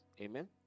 Amen